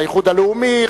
האיחוד הלאומי,